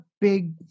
big